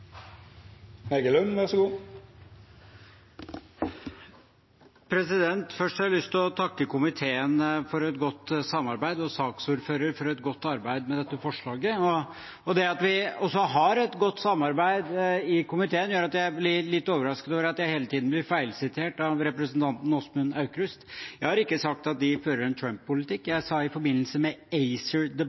Først har jeg lyst til å takke komiteen for et godt samarbeid og saksordføreren for et godt arbeid med dette forslaget. Det at vi har et godt samarbeid i komiteen, gjør også at jeg blir litt overrasket over at jeg hele tiden blir feilsitert av representanten Åsmund Aukrust. Jeg har ikke sagt at de fører en Trump-politikk – jeg sa i forbindelse med